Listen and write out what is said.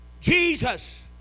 Jesus